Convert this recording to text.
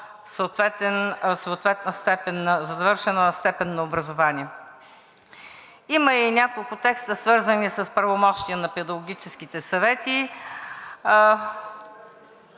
завършена степен на образование. Има и няколко текста, свързани с правомощия на педагогическите съвети.